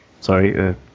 Sorry